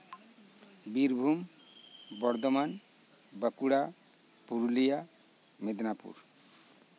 Birbhum Bardhaman Bankura Purulia Midnapore